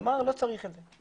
כלומר לא צריך את זה.